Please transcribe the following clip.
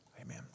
Amen